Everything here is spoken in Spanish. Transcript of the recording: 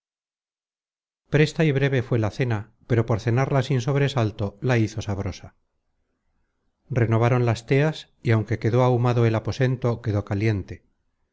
presta y breve fué la cena pero por cenarla sin sobresalto la hízo sabrosa renovaron las teas y aunque quedó ahumado el aposento quedó caliente